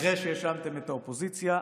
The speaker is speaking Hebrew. אחרי שהאשמתם את האופוזיציה,